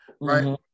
right